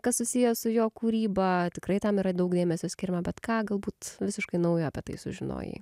kas susiję su jo kūryba tikrai tam yra daug dėmesio skiriama bet ką galbūt visiškai naujo apie tai sužinojai